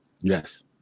Yes